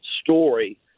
story